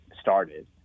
started